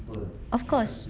of course